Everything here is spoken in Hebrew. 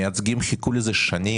המייצגים חיכו לזה שנים.